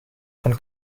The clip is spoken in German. von